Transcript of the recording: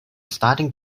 starting